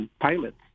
pilots